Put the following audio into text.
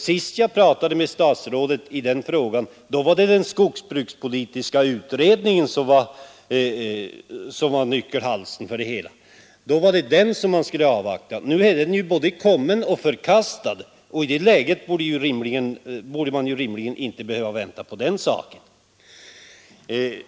Sist jag pratade med statsrådet i denna fråga, var det skogsbrukspolitiska utredningen som var flaskhalsen. Då skulle den avvaktas. Nu har den både kommit och förkastats. I det läget borde man rimligen inte behöva vänta på den.